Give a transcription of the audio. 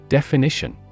Definition